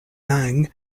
lange